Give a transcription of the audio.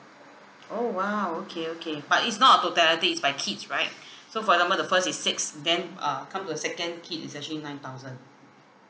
oh !wow! okay okay but it's not on totality is by kids right so for example the first is six then uh come to the second kid is actually nine thousand